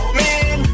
man